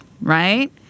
right